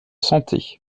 santé